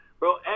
Bro